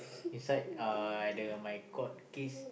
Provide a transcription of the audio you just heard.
inside uh at the my court case